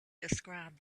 described